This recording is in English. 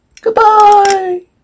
Goodbye